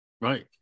Right